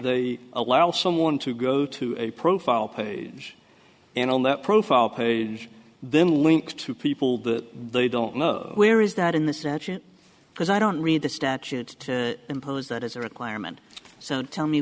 they allow someone to go to a profile page and on that profile page then links to people that they don't know where is that in the search it because i don't read the statute to impose that as a requirement so tell me